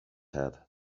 had